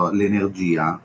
l'energia